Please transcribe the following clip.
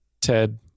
Ted